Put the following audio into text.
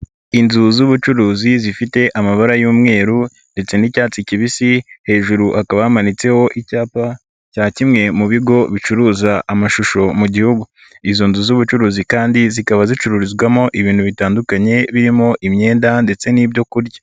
Inzu z'ubucuruzi zifite amabara y'umweru ndetse n'icyatsi kibisi hejuru akaba amanitseho icyapa cya kimwe mu bigo bicuruza amashusho mu Gihugu, izo nzu z'ubucuruzi kandi zikaba zicururizwamo ibintu bitandukanye birimo imyenda ndetse n'ibyo kurya.